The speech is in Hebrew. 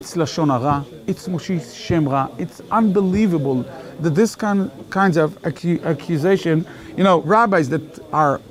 It's לשון הרע, it's מוציא שם רע, It's unbelievable that this kind of accusation, you know, rabbis that are...